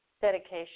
dedication